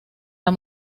las